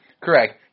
Correct